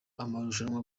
amarushanwa